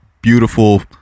beautiful